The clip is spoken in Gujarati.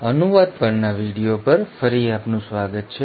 અનુવાદ પરના વિડિઓ પર પાછા આવવાનું સ્વાગત છે